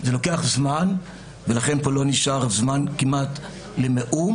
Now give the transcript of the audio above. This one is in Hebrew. זה לוקח זמן ולכן פה לא נשאר זמן כמעט למאום.